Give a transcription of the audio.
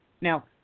Now